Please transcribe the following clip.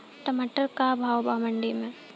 टमाटर का भाव बा मंडी मे?